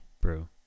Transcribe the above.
brew